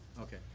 okay